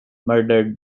murdered